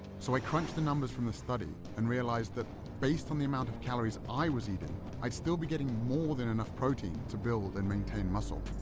so i crunched the numbers from the study and realized that based on the amount of calories i was eating i'd still be getting more than enough protein to build and maintain muscle.